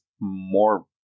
more